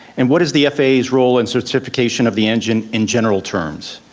and what is the faa's role in certification of the engine in general terms?